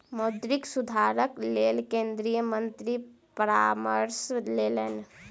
मौद्रिक सुधारक लेल केंद्रीय मंत्री परामर्श लेलैन